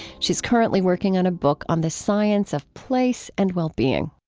she is currently working on a book on the science of place and well-being